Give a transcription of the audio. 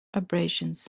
abrasions